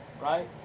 right